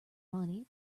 money